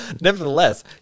Nevertheless